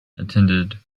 attended